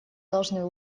должны